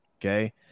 okay